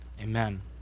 Amen